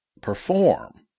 perform